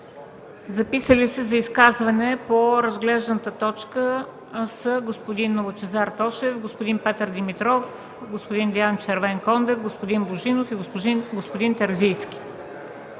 записали за изказване по разглежданата точка господин Лъчезар Тошев, господин Петър Димитров, господин Диан Червенкондев, господин Божинов и господин Терзийски.